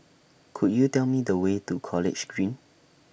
Could YOU Tell Me The Way to College Green